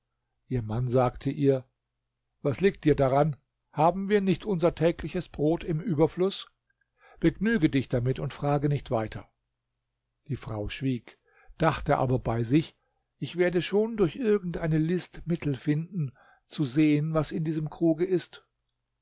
ihr mann sagte ihr was liegt dir daran haben wir nicht unser tägliches brot im überfluß begnüge dich damit und frage nicht weiter die frau schwieg dachte aber bei sich ich werde schon durch irgend eine list mittel finden zu sehen was in diesem krug ist